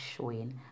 showing